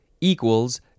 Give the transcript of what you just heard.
equals